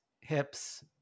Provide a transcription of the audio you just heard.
hips